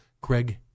Craig